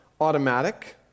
automatic